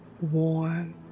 Warm